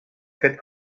fet